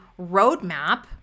roadmap